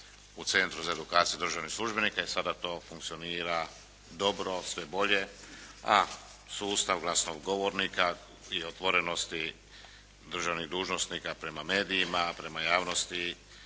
u Centru za edukaciju državnih službenika. I sada to funkcionira dobro, sve bolje, a sustav glasnogovornika i otvorenosti državnih dužnosnika prema medijima, prema javnosti